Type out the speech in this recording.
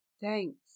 Thanks